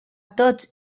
tots